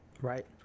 Right